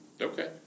Okay